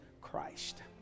Christ